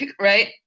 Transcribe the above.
right